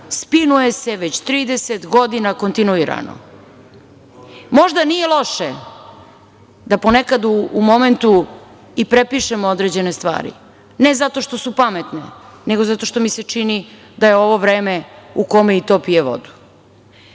spinuje se već 30 godina, kontinuirano. Možda nije loše da ponekada u momentu i prepišemo određene stvari, ne zato što su pametne, nego zato što mi se čini da je ovo vreme u kome i to pije